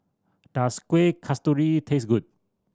does Kueh Kasturi taste good